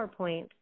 PowerPoint